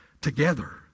together